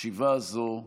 ישיבה זו נעולה.